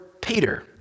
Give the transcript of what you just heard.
Peter